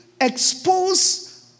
expose